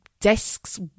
desks